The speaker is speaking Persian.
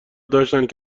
داشتند